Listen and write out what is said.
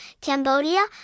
Cambodia